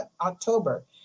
October